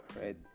right